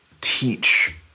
teach